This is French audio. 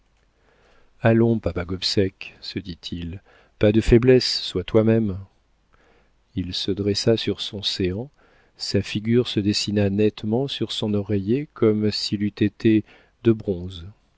allons papa gobseck se dit-il pas de faiblesse sois toi-même il se dressa sur son séant sa figure se dessina nettement sur son oreiller comme si elle eût été de bronze